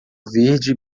verde